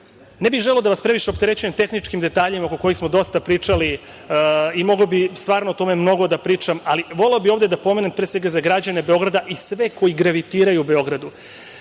bih želeo da vas previše opterećujem tehničkim detaljima oko kojih smo dosta pričali i mogao bih stvarno o tome mnogo da pričam. Voleo bih ovde da pomenem, pre svega za građane Beograda i sve koji gravitiraju Beogradu,